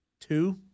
Two